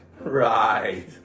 Right